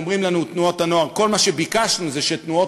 אומרים לנו "תנועות הנוער" כל מה שביקשנו זה שתנועות